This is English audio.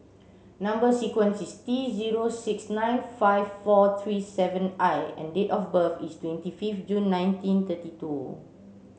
number sequence is T zero six nine five four three seven I and date of birth is twenty fifth June nineteen thirty two